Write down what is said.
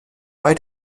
bei